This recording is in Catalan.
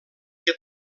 que